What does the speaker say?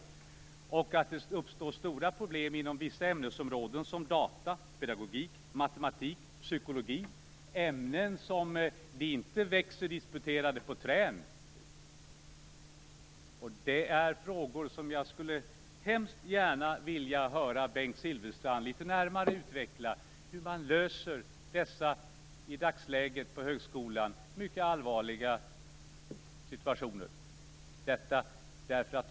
Det kommer att uppstå stora problem inom vissa ämnesområden som data, pedagogik, matematik och psykologi, ämnen för vilka det inte växer disputerade på träd. Jag skulle mycket gärna vilja höra Bengt Silfverstrand utveckla litet närmare hur man skall lösa dessa i dagsläget mycket allvarliga frågor på högskolan.